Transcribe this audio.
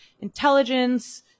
intelligence